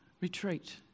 retreat